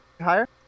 higher